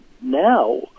now